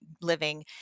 living